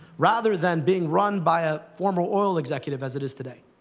rather than being run by a former oil executive, as it is today.